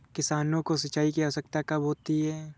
किसानों को सिंचाई की आवश्यकता कब होती है?